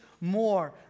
more